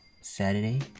saturday